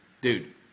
dude